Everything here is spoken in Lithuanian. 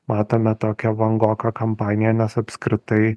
matome tokią vangoką kampaniją nes apskritai